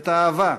את האהבה,